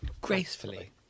Gracefully